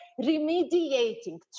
remediating